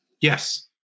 Yes